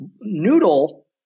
Noodle